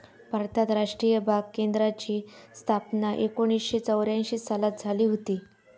भारतात राष्ट्रीय बाग केंद्राची स्थापना एकोणीसशे चौऱ्यांशी सालात झाली हुती